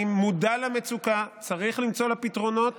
אני מודע למצוקה, צריך למצוא לה פתרונות,